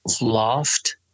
loft